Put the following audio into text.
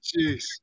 jeez